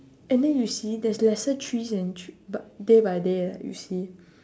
and then you see there's lesser trees and tre~ but day by day leh you see